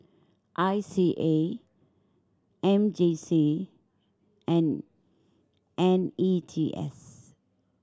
I C A M J C and N E T S